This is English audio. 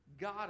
God